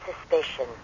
suspicion